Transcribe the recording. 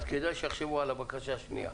אז כדאי שיחשבו על הבקשה השנייה.